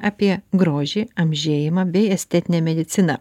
apie grožį amžėjimą bei estetinę mediciną